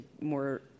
more